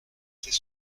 ses